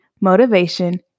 motivation